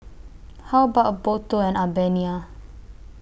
How about A Boat Tour on Albania